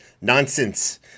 nonsense